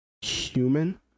human